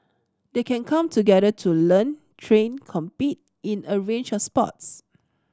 they can come together to learn train compete in a range of sports